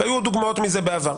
היו דוגמאות מזה בעבר.